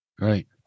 Right